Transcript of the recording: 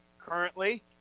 Currently